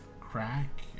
crack